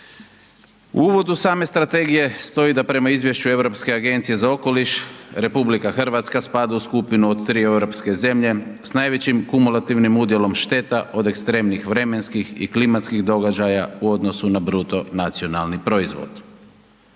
U uvodu same Strategije stoji da prema Izvješću Europske agencije za okoliš RH spada u skupinu od 3 europske zemlje s najvećim kumulativnim udjelom šteta od ekstremnih vremenskih i klimatskih događaja u odnosu na BDP. Svi vidimo